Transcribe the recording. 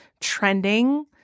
trending